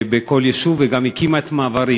בכל יישוב, וגם הקימה את "מעברים"